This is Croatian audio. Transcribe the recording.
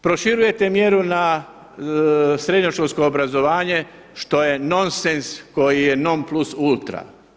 Proširujete mjeru na srednjoškolsko obrazovanje što je nonsense koji je non plus ultra.